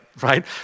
right